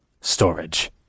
Storage